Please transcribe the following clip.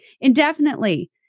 indefinitely